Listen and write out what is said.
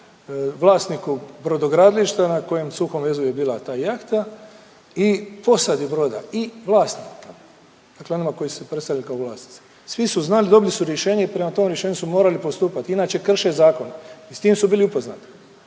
vlasniku brodogradilišta na kojem suhom vezu je bila ta jahta i posadi broda i vlasniku, dakle onima koji se predstavljaju kao vlasnici. Svi su znali, dobili su rješenje i prema tom rješenju su morali postupati, inače krše zakon i s tim su bili upoznati.